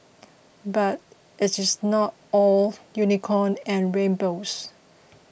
but it is not all unicorn and rainbows